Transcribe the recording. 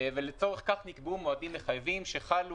לצורך כך נקבעו מועדים מחייבים שחלו